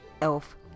ELF